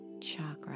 chakra